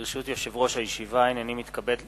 ברשות יושב-ראש הכנסת,